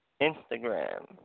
Instagram